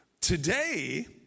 Today